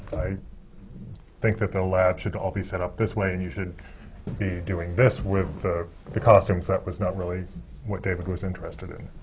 i think that the lab should all be set up this way and you should be doing this with the the costumes, that was not really what david was interested in.